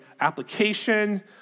application